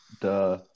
Duh